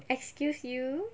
excuse you